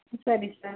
ಸರಿ ಸರ್